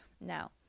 Now